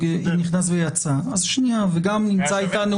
היא השאלה שעליה אנחנו דנים,